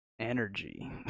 energy